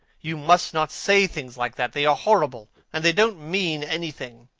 you must not say things like that. they are horrible, and they don't mean anything.